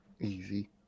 Easy